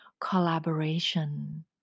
Collaboration